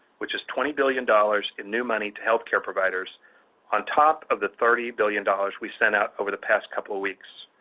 which is twenty billion dollars in new money to healthcare providers on top of the thirty billion dollars we sent out over the past couple of weeks.